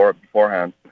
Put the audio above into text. beforehand